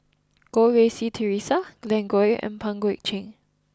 Goh Rui Si Theresa Glen Goei and Pang Guek Cheng